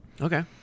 Okay